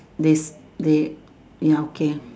this they ya okay